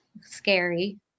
scary